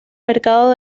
mercado